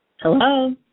Hello